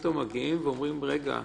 פתאום מגיעים ואומרים: רגע,